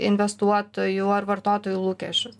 investuotojų ar vartotojų lūkesčius